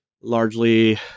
largely